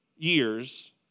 years